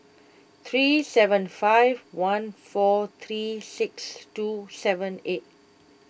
three seven five one four three six two seven eight